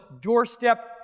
doorstep